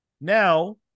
Now